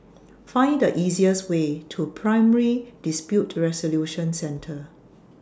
Find The easiest Way to Primary Dispute Resolution Centre